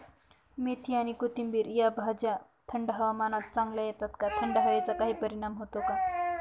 मेथी आणि कोथिंबिर या भाज्या थंड हवामानात चांगल्या येतात का? थंड हवेचा काही परिणाम होतो का?